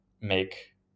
make